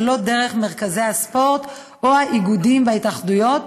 ולא דרך מרכזי הספורט או האיגודים וההתאחדויות,